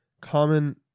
common